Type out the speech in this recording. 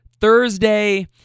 Thursday